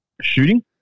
shooting